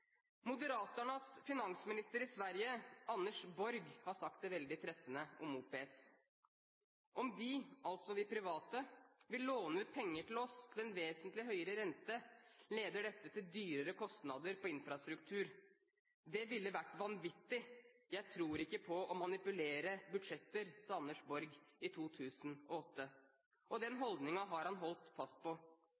finansminister i Sverige, Anders Borg, har sagt det veldig treffende om OPS: Om de – altså de private – vil låne ut penger til oss til en vesentlig høyere rente, leder dette til dyrere kostnader på infrastruktur. Det ville vært vanvittig, jeg tror ikke på å manipulere budsjetter, sa Anders Borg i 2008. Og den